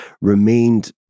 remained